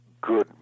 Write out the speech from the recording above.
good